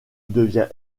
devient